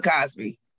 Cosby